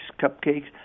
cupcakes